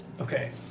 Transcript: Okay